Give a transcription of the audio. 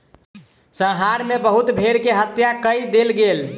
संहार मे बहुत भेड़ के हत्या कय देल गेल